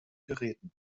geräten